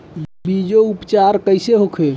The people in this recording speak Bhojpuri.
बीजो उपचार कईसे होखे?